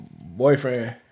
boyfriend